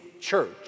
church